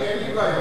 לי אין בעיה,